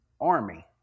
army